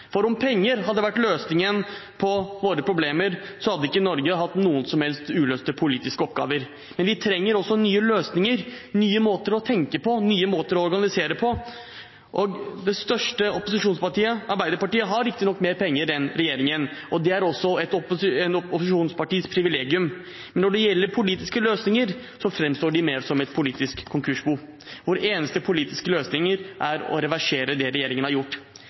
For om penger hadde vært løsningen på våre problemer, hadde ikke Norge hatt noen som helst uløste politiske oppgaver. Men vi trenger også nye løsninger, nye måter å tenke på og nye måter å organisere på. Det største opposisjonspartiet, Arbeiderpartiet, har riktignok mer penger enn regjeringen, og det er også et opposisjonspartis privilegium. Men når det gjelder politiske løsninger, framstår de mer som et politisk konkursbo, hvor eneste politiske løsning er å reversere det regjeringen har gjort.